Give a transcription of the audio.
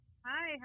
Hi